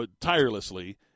tirelessly